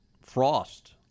Frost